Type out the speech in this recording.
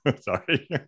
Sorry